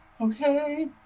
Okay